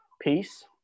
peace